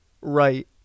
right